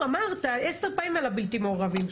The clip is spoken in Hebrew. לחזור, כבר אמרת עשר פעמים על הבלתי מעורבים.